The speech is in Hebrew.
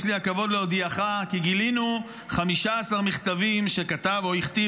יש לי הכבוד להודיעך כי גילינו 15 מכתבים שכתב או הכתיב